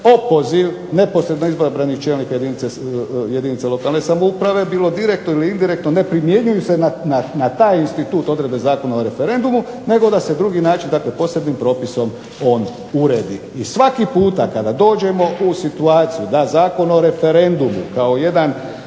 opoziv neposredno izabranih čelnika jedinica lokalne samouprave bilo direktno ili indirektno ne primjenjuju se na taj institut odredbe Zakona o referendumu nego da se drugi način posebnim propisom on uredi. I svaki puta kada dođemo u situaciju da Zakon o referendumu kao jedan